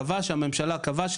שהממשלה קבעה,